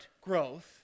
growth